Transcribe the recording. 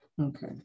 Okay